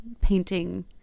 painting